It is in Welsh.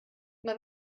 mae